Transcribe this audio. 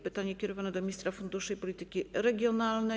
Pytanie jest kierowane do ministra funduszy i polityki regionalnej.